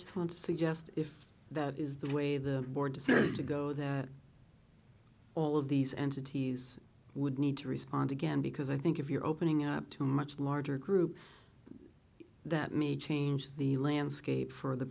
just want to suggest if that is the way the board to serious to go there all of these entities would need to respond again because i think if you're opening up to a much larger group that may change the landscape for the